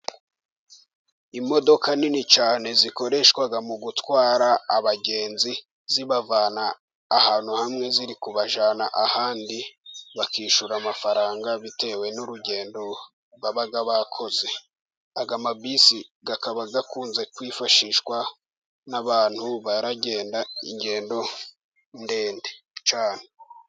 Imodoka nini cyane zikoreshwa mugutwara abagenzi zibavana ahantu hamwe ziri kubajana ahandi, bakishyura amafaranga bitewe n'urugendo baba bakoze. Aya mabisi akaba akunze kwifashishwa n'abantu baragenda ingendo ndende.